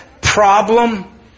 problem